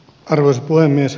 arvoisa puhemies